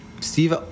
Steve